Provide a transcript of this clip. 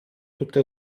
tutte